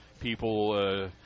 people